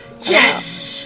Yes